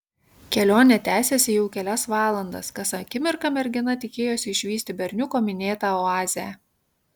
kelionė tęsėsi jau kelias valandas kas akimirką mergina tikėjosi išvysti berniuko minėtą oazę